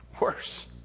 worse